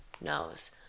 knows